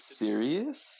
serious